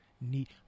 need